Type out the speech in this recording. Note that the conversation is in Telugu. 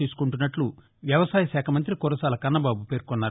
తీసుకుంటున్నట్లు వ్యవసాయ శాఖ మంత్రి కురసాల కన్నబాబు పేర్కొన్నారు